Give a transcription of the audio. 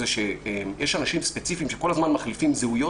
הוא שיש אנשים ספציפיים שכל הזמן מחליפים זהויות.